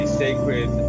sacred